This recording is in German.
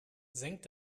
senkt